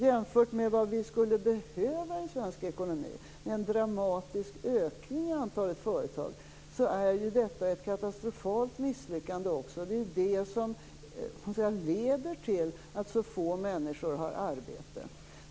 Jämfört med vad vi skulle behöva i svensk ekonomi, en dramatisk ökning av antalet företag, är detta ett katastrofalt misslyckande. Det är det som leder till att så få människor har arbete.